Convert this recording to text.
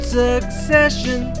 succession